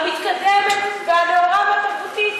המתקדמת והנאורה והתרבותית.